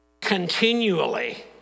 continually